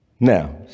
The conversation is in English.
now